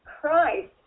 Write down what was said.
Christ